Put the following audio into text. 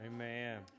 Amen